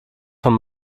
von